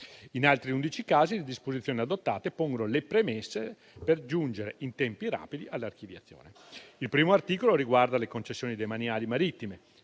In altri 11 casi le disposizioni adottate pongono le premesse per giungere in tempi rapidi all'archiviazione. Il primo articolo riguarda le concessioni demaniali marittime,